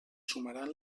sumaran